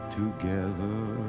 together